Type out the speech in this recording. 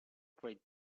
great